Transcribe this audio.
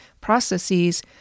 processes